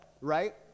right